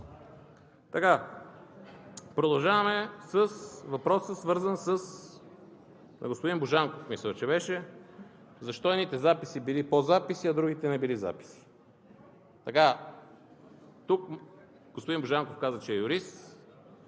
Продължаваме с въпроса, свързан с господин Божанков, мисля, че беше – защо едните записи били пό записи, а другите не били записи. Господин Божанков каза, че е юрист